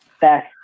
best